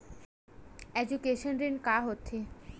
Education ऋण का होथे?